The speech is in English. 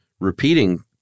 repeating